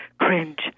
cringe